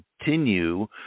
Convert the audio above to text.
continue